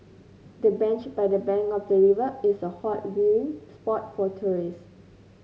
the bench by the bank of the river is a hot viewing spot for tourist